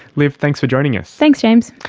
liv, thanks for joining us. thanks james.